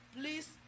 please